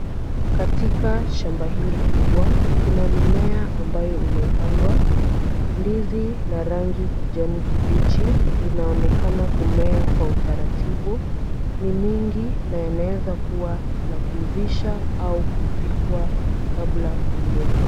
Katika shamba hili kubwa, kuna mimea ambayo umepandwa, ndizi la rangi ya kijani kibichi linaonekana kumea kwa utaratibu, ni mingi na inaweza kuwa la kuivisha au kupikwa kabla ulwe.